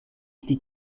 plus